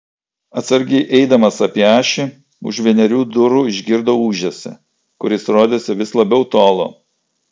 atsargiai eidamas apie ašį už vienerių durų išgirdo ūžesį kuris rodėsi vis labiau tolo